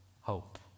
hope